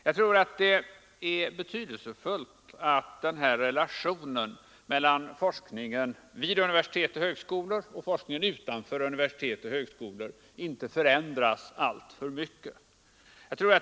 Jag tror att det är betydelsefullt att den här relationen mellan forskningen vid universitet och högskolor och forskningen utanför universitet och högskolor inte förändras alltför mycket.